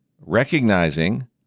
recognizing